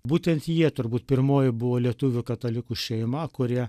būtent jie turbūt pirmoji buvo lietuvių katalikų šeima kurie